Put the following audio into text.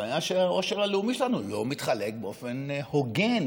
הבעיה היא שהעושר הלאומי שלנו לא מתחלק באופן הוגן.